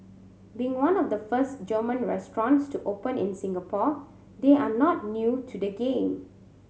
being one of the first German restaurants to open in Singapore they are not new to the game